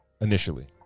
initially